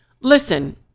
Listen